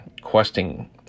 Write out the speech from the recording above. questing